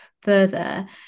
further